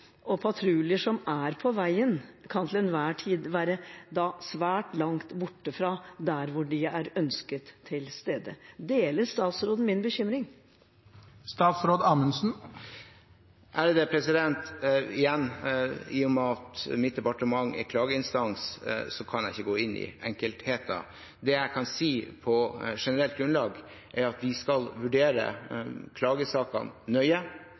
Patruljer som er på veien, kan til enhver tid da være svært langt borte fra der hvor de er ønsket til stede. Deler statsråden min bekymring? Igjen: I og med at mitt departement er klageinstans, kan jeg ikke gå inn i enkeltheter. Det jeg kan si på generelt grunnlag, er at vi skal vurdere klagesakene nøye,